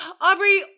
Aubrey